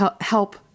help